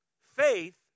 Faith